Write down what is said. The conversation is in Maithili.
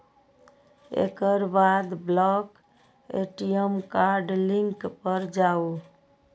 एकर बाद ब्लॉक ए.टी.एम कार्ड लिंक पर जाउ